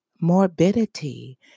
morbidity